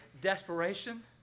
Desperation